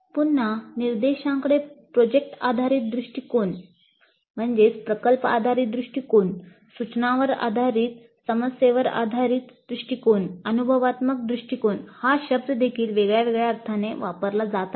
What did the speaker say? पुन्हा निर्देशांकडे प्रोजेक्ट आधारित दृष्टीकोन सूचनांवर आधारित समस्येवर आधारित दृष्टिकोन अनुभवात्मक दृष्टिकोन हा शब्द देखील वेगवेगळ्या अर्थाने वापरला जात आहे